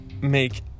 make